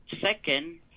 second